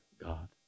God